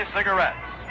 Cigarettes